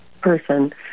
person